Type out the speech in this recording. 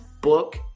book